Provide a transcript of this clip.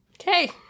Okay